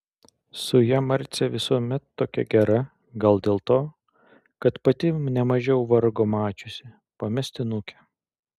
su ja marcė visuomet tokia gera gal dėl to kad pati nemažiau vargo mačiusi pamestinukė